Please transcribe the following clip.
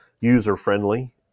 user-friendly